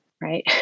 Right